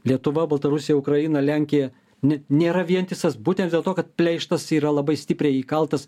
lietuva baltarusija ukraina lenkija net nėra vientisas būtent dėl to kad pleištas yra labai stipriai įkaltas